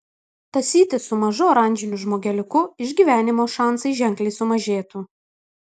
tąsytis su mažu oranžiniu žmogeliuku išgyvenimo šansai ženkliai sumažėtų